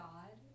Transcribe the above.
God